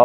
औ